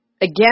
Again